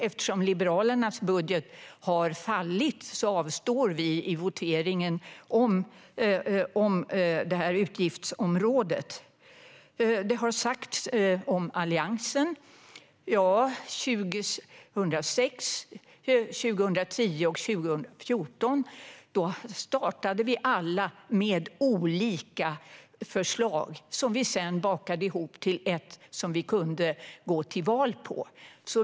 Eftersom Liberalernas budget har fallit kommer vi att avstå i voteringen om utgiftsområdet. Det har sagts att 2006, 2010 och 2014 startade alla partier i Alliansen med olika förslag, som vi sedan bakade ihop till ett som vi kunde gå till val på.